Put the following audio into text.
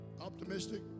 optimistic